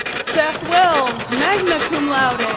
seth wells, magna cum laude.